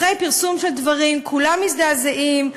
אחרי פרסום של דברים כולם מזדעזעים,